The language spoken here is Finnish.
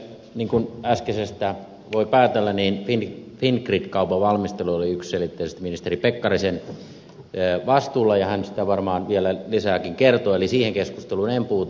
niin kuin äskeisestä voi päätellä fingrid kaupan valmistelu oli yksiselitteisesti ministeri pekkarisen vastuulla ja hän siitä varmaan vielä lisääkin kertoo eli siihen keskusteluun en puutu